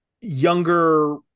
younger